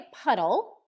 puddle